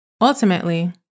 Ultimately